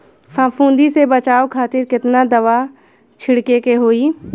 फाफूंदी से बचाव खातिर केतना दावा छीड़के के होई?